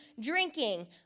drinking